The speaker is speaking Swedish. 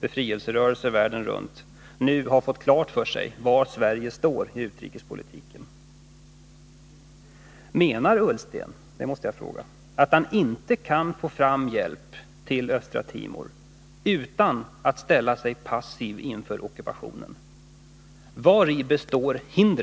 befrielserörelser världen runt nu har fått klart för sig var Sverige står i utrikespolitiken. Menar Ola Ullsten — det måste jag fråga — att man inte kan få fram hjälp till Östra Timor utan att ställa sig passiv inför ockupationen? Vari består hindren?